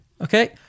Okay